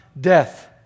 death